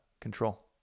control